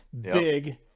big